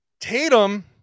Tatum